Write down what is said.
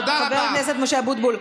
תודה רבה, חבר הכנסת משה אבוטבול.